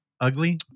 ugly